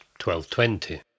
1220